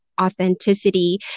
authenticity